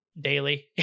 daily